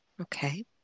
Okay